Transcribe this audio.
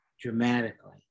dramatically